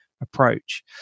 approach